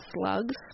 Slugs